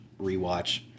rewatch